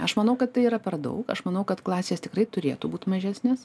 aš manau kad tai yra per daug aš manau kad klasės tikrai turėtų būt mažesnės